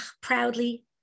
proudly